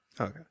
Okay